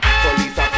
Police